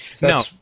No